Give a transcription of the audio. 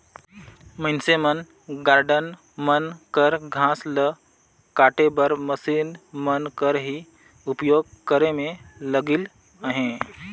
मइनसे मन गारडन मन कर घांस ल काटे बर मसीन मन कर ही उपियोग करे में लगिल अहें